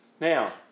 Now